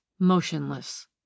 motionless